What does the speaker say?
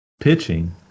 Pitching